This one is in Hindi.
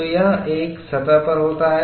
तो यह एक सतह पर होता है